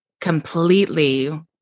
completely